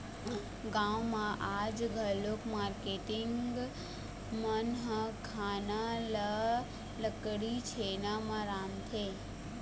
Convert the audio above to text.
गाँव म आज घलोक मारकेटिंग मन ह खाना ल लकड़ी, छेना म रांधथे